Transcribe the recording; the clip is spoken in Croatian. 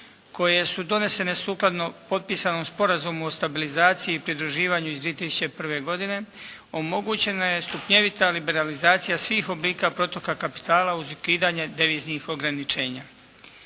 koje su donesene sukladno potpisanom Sporazumu o stabilizaciji i pridruživanju iz 2001. godine omogućena je stupnjevita liberalizacija svih oblika protoka kapitala uz ukidanje deviznih ograničenja.